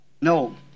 No